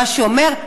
מה שאומר,